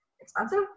expensive